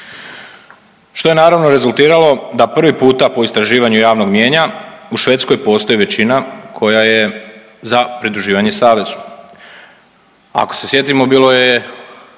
što je naravno rezultiralo da prvi puta po istraživanju javnog mnijenja u Švedskoj postoji većina koja je za pridruživanje savezu. Ako se sjetimo, bilo je